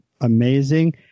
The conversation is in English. amazing